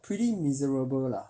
pretty miserable lah